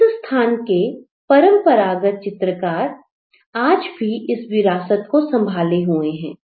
इस स्थान के परंपरागत चित्रकार आज भी इस विरासत को संभाले हुए हैं